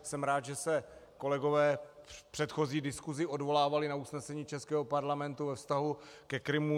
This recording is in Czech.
Jsem rád, že se kolegové v předchozí diskusi odvolávali na usnesení českého parlamentu ve vztahu ke Krymu.